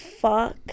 fuck